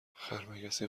خرمگسی